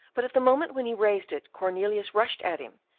but at the moment when he raised it cornelius rushed at him,